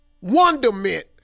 Wonderment